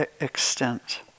extent